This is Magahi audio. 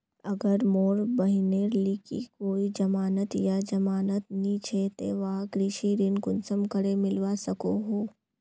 अगर मोर बहिनेर लिकी कोई जमानत या जमानत नि छे ते वाहक कृषि ऋण कुंसम करे मिलवा सको हो?